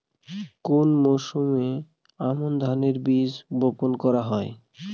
কোন মরশুমে আমন ধানের বীজ বপন করা হয়?